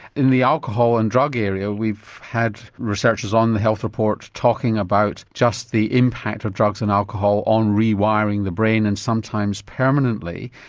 in the alcohol and drug area we've had researchers on the health report talking about just the impact of drugs and alcohol on rewiring the brain and sometimes permanently.